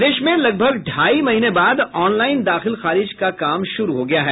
प्रदेश में लगभग ढाई महीने बाद ऑनलाईन दाखिल खारिज का काम शुरू हो गया है